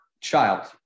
child